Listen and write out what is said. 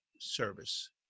service